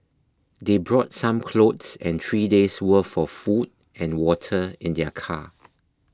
they brought some clothes and three days worth for food and water in their car